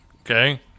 okay